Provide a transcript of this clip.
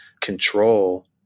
control